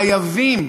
חייבים,